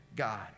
God